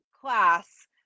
class